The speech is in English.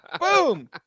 Boom